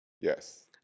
Yes